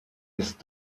ist